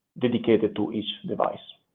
dedicated to each device.